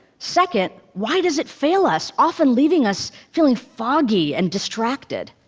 second, why does it fail us, often leaving us feeling foggy and distracted?